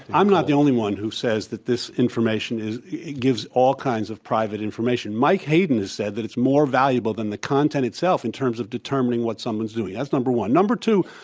i'm not the only one who says that this information is gives all kinds of private information. mike hayden has said that it's more valuable than the content itself in terms of determining what someone's doing. that's number one. number two,